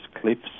cliffs